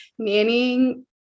nannying